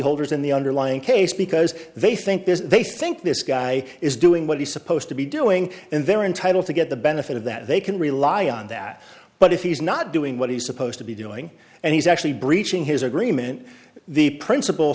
policyholders in the underlying case because they think this they think this guy is doing what he's supposed to be doing and they're entitled to get the benefit of that they can rely on that but if he's not doing what he's supposed to be doing and he's actually breaching his agreement the principle